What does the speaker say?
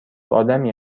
آدمی